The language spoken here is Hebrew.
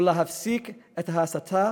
להפסיק את ההסתה